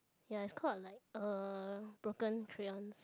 ya it's called like uh Broken Crayons